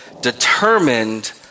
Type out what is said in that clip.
determined